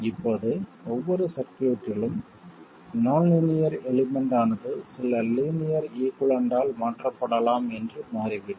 இப்போது ஒவ்வொரு சர்க்யூட்டிலும் நான் லீனியர் எலிமெண்ட் ஆனது சில லீனியர் ஈகுய்வளன்ட் ஆல் மாற்றப்படலாம் என்று மாறிவிடும்